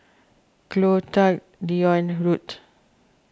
Clotilde Dion and Ruthe